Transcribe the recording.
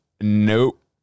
nope